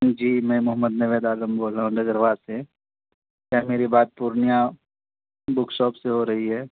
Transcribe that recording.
جی میں محمد نوید عالم بو رہا ہوں ڈگروا سے کیا میری بات پورنیہ بک شاپ سے ہو رہی ہے